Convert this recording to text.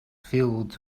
filled